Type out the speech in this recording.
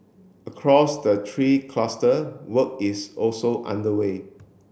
across the three cluster work is also underway